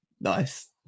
Nice